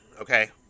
Okay